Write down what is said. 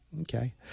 Okay